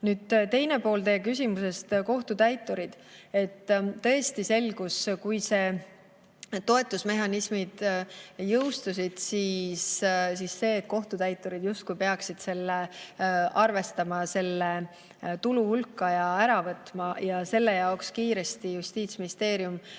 Nüüd, teine pool teie küsimusest: kohtutäiturid. Tõesti selgus, kui need toetusmehhanismid jõustusid, et kohtutäiturid justkui peaksid selle arvestama tulu hulka ja ära võtma. Selle tõttu Justiitsministeerium